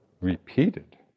repeated